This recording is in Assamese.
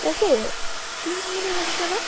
তাকে কি নিম বুলি ভাবিছাবা